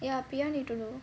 ya P_R need to do